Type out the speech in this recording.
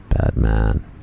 Batman